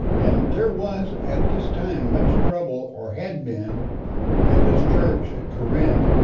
and there was at this time much trouble or had been in this church at corinth,